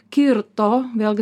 kirto vėlgi